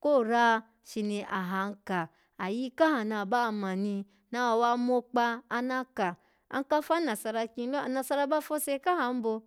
Kora shini ahan k ayi kaha naba wa mani nawa wa mokpa, ana ka an ka fanasara kin lo, anasara ba fose kaha imbo.